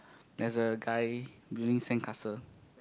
there is a guy building sandcastle